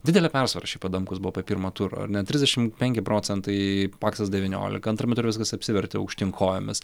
didele persvara šiaip adamkus buvo po pirmo turo ar ne trisdešim penki procentai paksas devyniolika antrame ture viskas apsivertė aukštyn kojomis